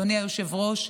אדוני היושב-ראש,